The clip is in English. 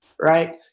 right